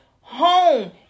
home